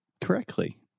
correctly